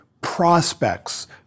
prospects